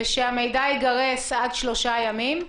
ושהמידע ייגרס עד שלושה ימים.